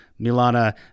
milana